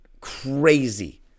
crazy